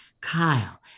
Kyle